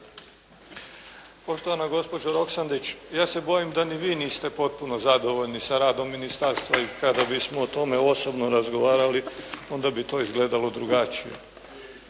Poštovana gospođo Roksandić, ja se bojim da ni vi niste potpuno zadovoljni sa radom ministarstva i kada bismo o tome osobno razgovarali, onda bi to izgledalo drugačije.